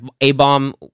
A-bomb